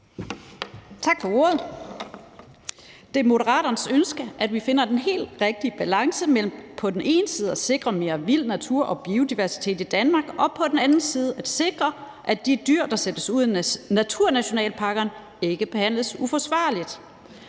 Tak for ordet. Det er Moderaternes ønske, at vi finder den helt rigtige balance mellem på den ene side at sikre mere vild natur og biodiversitet i Danmark og på den anden side at sikre, at de dyr, der sættes ud i naturnationalparkerne, ikke behandles uforsvarligt.